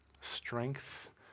Strength